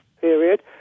period